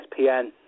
ESPN